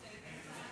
חמש דקות